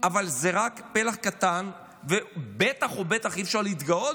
אבל זה רק פלח קטן, ובטח ובטח אי-אפשר להתגאות